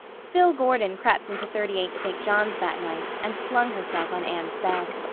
phil gordon crept into thirty-eight, st. john's, that night and flung herself on anne's bed.